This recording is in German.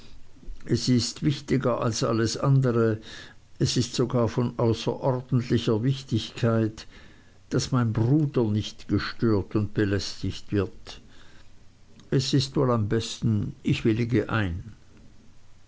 es ist wichtiger als alles andere es ist sogar von außerordentlicher wichtigkeit daß mein bruder nicht gestört und belästigt wird es ist wohl am besten ich willige ein